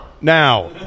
Now